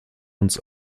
uns